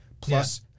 Plus